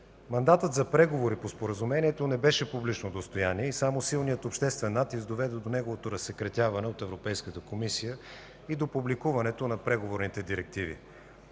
Мандатът за преговори по Споразумението не беше публично достояние и само силният обществен натиск доведе до неговото разсекретяване от Европейската комисия и до публикуването на преговорните директиви.